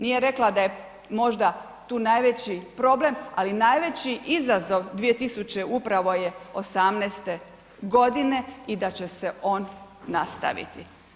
Nije rekla da je možda tu najveći problem, ali najveći izazov 2000 upravo je 18 godine i da će se on nastaviti.